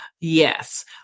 Yes